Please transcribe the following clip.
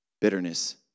bitterness